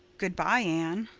good-bye, anne.